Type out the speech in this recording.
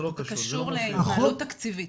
זה קשור להתנהלות תקציבית.